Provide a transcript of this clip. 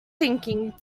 thinking